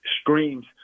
screams